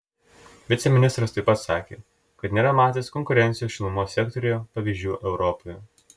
viceministras taip pat sakė kad nėra matęs konkurencijos šilumos sektoriuje pavyzdžių europoje